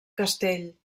castell